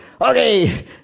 okay